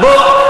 אז בוא,